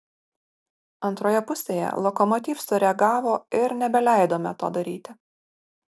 antroje pusėje lokomotiv sureagavo ir nebeleidome to daryti